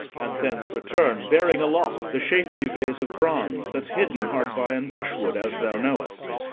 and thence return bearing aloft the shapely vase of bronze that's hidden hard by in brushwood, as thou knowest,